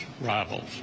rivals